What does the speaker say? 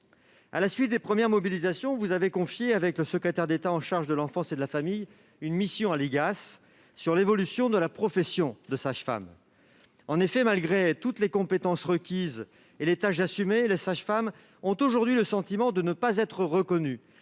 À la suite des premières mobilisations, le secrétaire d'État chargé de l'enfance et des familles et vous-même avez confié une mission à l'IGAS sur l'évolution de la profession de sage-femme. En effet, malgré toutes les compétences requises et les tâches assumées, les sages-femmes ont aujourd'hui le sentiment de ne pas être reconnues